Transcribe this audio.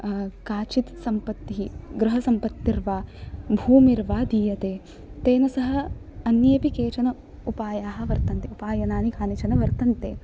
काचित् सम्पत्तिः गृहसम्पत्तिर्वा भूमिर्वा दीयते तेन सह अन्येपि केचन उपायाः वर्तन्ते उपयनानि कानिचन वर्तन्ते